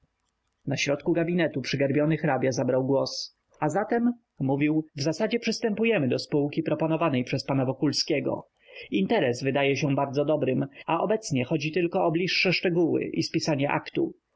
na środku gabinetu przygarbiony hrabia zabrał głos a zatem mówił szanowni panowie w zasadzie przystępujemy do spółki proponowanej przez pana wokulskiego interes wydaje się bardzo dobrym a obecnie chodzi tylko o bliższe szczegóły i spisanie aktu